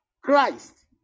Christ